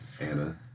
Anna